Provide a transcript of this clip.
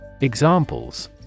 Examples